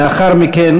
לאחר מכן,